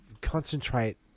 concentrate